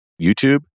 YouTube